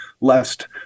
lest